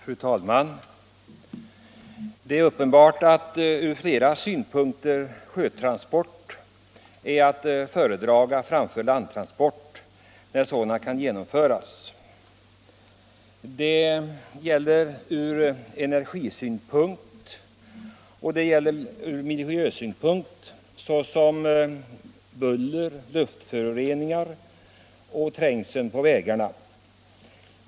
Fru talman! Det är uppenbart att sjötransport när sådan kan genomföras är att föredra framför landtransport från flera synpunkter. Det gäller energisynpunkten och även miljösynpunkten i fråga om buller, luftföroreningar och trängsel på vägarna.